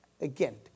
Again